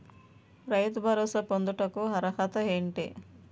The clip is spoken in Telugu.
రైతు భరోసా పొందుటకు అర్హత ఏంటి?